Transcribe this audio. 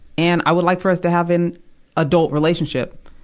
and, i would like for us to have an adult relationship.